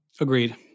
Agreed